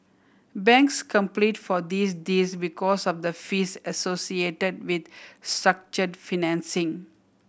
banks complete for these deals because of the fees associated with structured financing